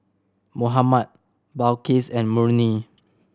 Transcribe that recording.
Muhammad Balqis and Murni